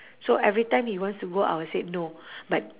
so every time he wants to go I will say no but